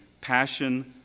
passion